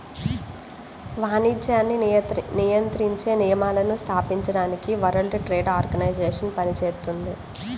వాణిజ్యాన్ని నియంత్రించే నియమాలను స్థాపించడానికి వరల్డ్ ట్రేడ్ ఆర్గనైజేషన్ పనిచేత్తుంది